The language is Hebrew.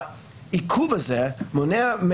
העיכוב הזה מונע,